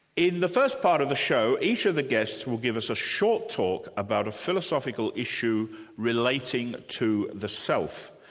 in the first part of the show, each of the guests will give us a short talk about a philosophical issue relating to the self.